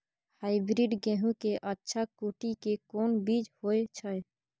Hybrid गेहूं के अच्छा कोटि के कोन बीज होय छै?